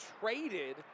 traded